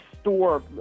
store